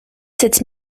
sept